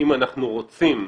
אם אנחנו רוצים,